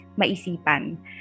maisipan